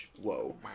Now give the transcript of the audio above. whoa